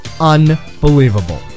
Unbelievable